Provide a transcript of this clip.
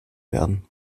werden